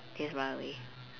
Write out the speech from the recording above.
they just run away